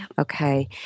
Okay